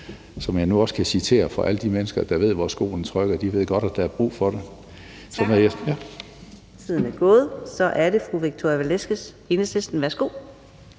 som jeg nu også kan citere fra alle de mennesker, der ved, hvor skoen trykker. De ved godt, at der er brug for det. Kl. 20:30 Fjerde næstformand (Karina Adsbøl): Tak. Tiden er gået. Så er det fru Victoria Velasquez, Enhedslisten. Værsgo.